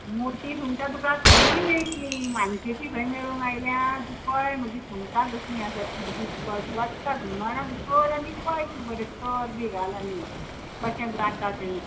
मोटी सुंगटां तुका खंई मेळट्लीं मानशेचीं खंय मेळूंक आयल्या तूं पळय म्हजीं सुंगटां कसलीं आसात तीं सामकी फडफडटात हुमणान कर आनी पळय तूं बरें तोर बी घाल आनी कशें जाता तें